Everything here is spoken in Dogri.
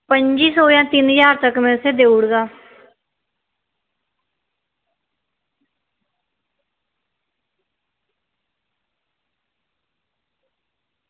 पंजी सौ जाम तीन ज्हार में तुसें ई देई ओड़दा